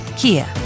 Kia